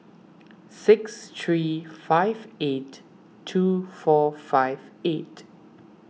six three five eight two four five eight